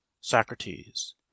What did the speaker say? socrates